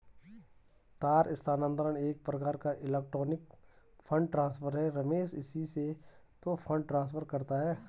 तार स्थानांतरण एक प्रकार का इलेक्ट्रोनिक फण्ड ट्रांसफर है रमेश इसी से तो फंड ट्रांसफर करता है